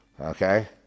Okay